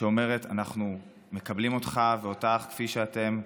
שאומרת: אנחנו מקבלים אותך ואותך כפי שאתם,